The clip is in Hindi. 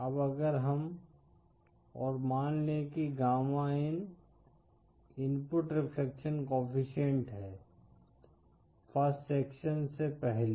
अब अगर हम और मान लें कि gamma in input reflection coefficient है फ़र्स्ट सेक्शन से पहले